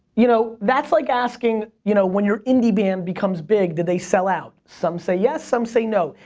you know that's like asking you know when you're indie band becomes big, did they sell out? some say yes some say no.